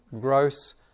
gross